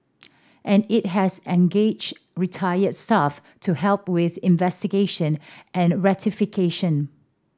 and it has engaged retired staff to help with investigation and rectification